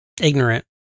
Ignorant